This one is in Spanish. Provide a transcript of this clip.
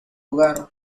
hogar